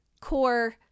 core